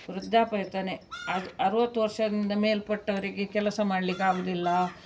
ವೃದ್ಧಾಪ್ಯ ವೇತನ ಅದು ಅರವತ್ತು ವರ್ಷದಿಂದ ಮೇಲ್ಪಟ್ಟವರಿಗೆ ಕೆಲಸ ಮಾಡ್ಲಿಕ್ಕಾಗೋದಿಲ್ಲ